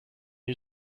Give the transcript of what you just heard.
you